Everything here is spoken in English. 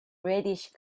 reddish